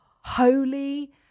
Holy